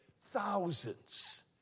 thousands